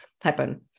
happen